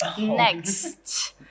Next